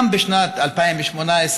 גם בשנת 2018,